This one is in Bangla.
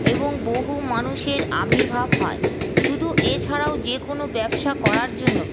এবং বহু মানুষের আবির্ভাব হয় শুধু এছাড়াও যেকোনও ব্যবসা করার জন্য